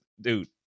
dude